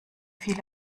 viel